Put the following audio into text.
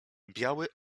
biały